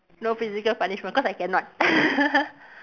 no physical punishment cause I cannot